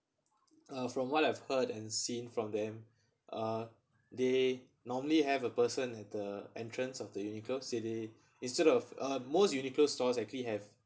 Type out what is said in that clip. uh from what I've heard and seen from them are they normally have a person at the entrance of the Uniqlo see in instead of uh most Uniqlo stores actually have